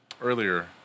Earlier